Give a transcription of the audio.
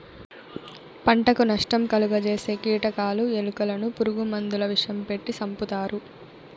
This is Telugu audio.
పంటకు నష్టం కలుగ జేసే కీటకాలు, ఎలుకలను పురుగు మందుల విషం పెట్టి సంపుతారు